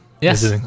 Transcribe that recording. yes